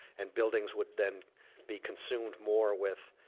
and buildings would then be consumed more with